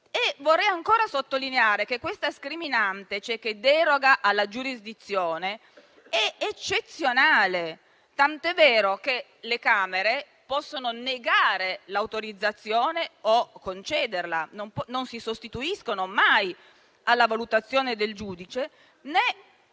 E vorrei ancora sottolineare che questa scriminante, che deroga alla giurisdizione, è eccezionale. Tanto è vero che le Camere possono negare l'autorizzazione o concederla, ma non si sostituiscono mai alla valutazione del giudice, né possono farlo.